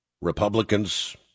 Republicans